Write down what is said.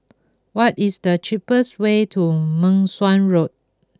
what is the cheapest way to Meng Suan Road